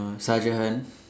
a sergeant